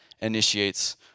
initiates